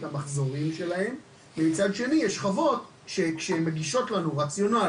המחזורים שלהן ומצד שני יש חוות שמגישות לנו רציונל